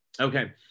Okay